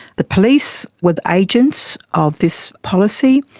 the police were the agents of this policy.